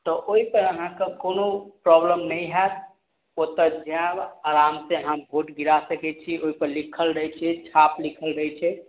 तऽ ओइपर अहाँके कोनो प्रॉब्लम नहि हैत ओतऽ जायब आरामसँ अहाँ वोट गिरा सकय छी ओइपर लिखल रहय छै छाप लिखल रहय छै